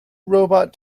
robot